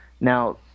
now